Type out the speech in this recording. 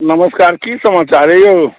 नमस्कार की समाचार अइ यौ